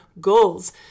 goals